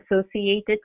associated